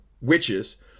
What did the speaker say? witches